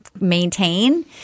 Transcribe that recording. Maintain